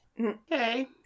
Okay